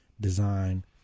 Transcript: design